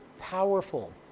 powerful